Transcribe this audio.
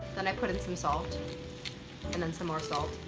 then i put in some salt and then some more salt